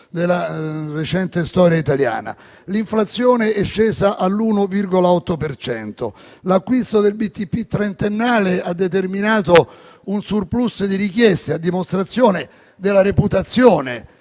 della recente storia italiana), l'inflazione è scesa all'1,8 per cento; l'acquisto del BTP trentennale ha determinato un *surplus* di richieste, a dimostrazione della reputazione